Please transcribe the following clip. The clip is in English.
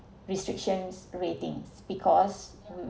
restrictions ratings because